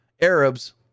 Arabs